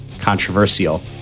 controversial